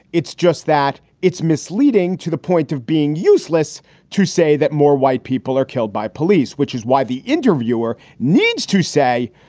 it's just that it's misleading to the point of being useless to say that more white people are killed by police, which is why the interviewer needs to say,